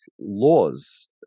laws